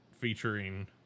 featuring